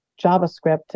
JavaScript